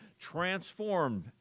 transformed